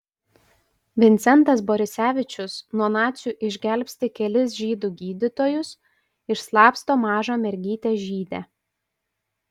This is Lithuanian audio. vincentas borisevičius nuo nacių išgelbsti kelis žydų gydytojus išslapsto mažą mergytę žydę